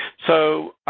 so,